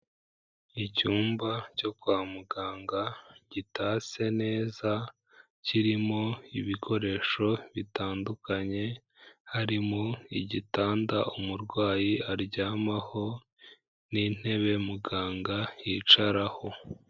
Icyumba cyo kwa muganga gitatse neza, kirimo ibikoresho bitandukanye, harimo igitanda umurwayi aryamaho n'intebe muganga yicaraho.